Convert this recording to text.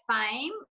fame